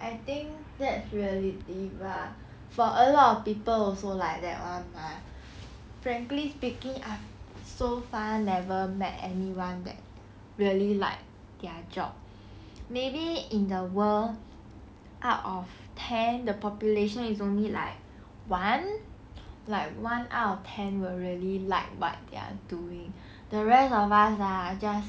I think that's reality but for a lot of people also like that [one] mah frankly speaking I so far never met anyone that really like their job maybe in the world out of ten the population it's only like one like one out of ten will really like what they are doing the rest of us ah are just